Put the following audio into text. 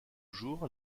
jours